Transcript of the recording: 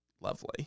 lovely